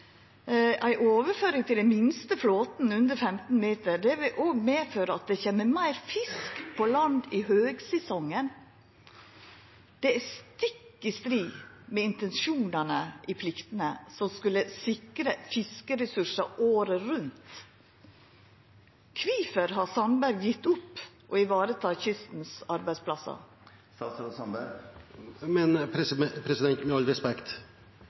Ei overføring til den minste flåten under 15 meter, vil òg medføra at det kjem meir fisk på land i høgsesongen. Det er stikk i strid med intensjonane i pliktene, som skulle sikra fiskeressursar året rundt. Kvifor har statsråd Sandberg gjeve opp å vareta arbeidsplassane langs kysten? Med all respekt: Det